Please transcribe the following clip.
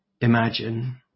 imagine